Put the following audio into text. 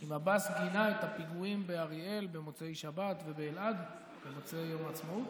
אם עבאס גינה את הפיגועים באריאל במוצאי שבת ובאלעד במוצאי יום העצמאות?